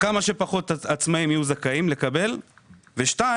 כמה שפחות עצמאים יהיו זכאים לקבל ושנית,